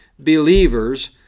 believers